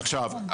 עכשיו,